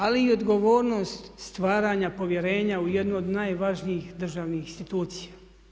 Ali i odgovornost stvaranja povjerenja u jednu od najvažnijih državnih institucija.